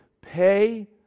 pay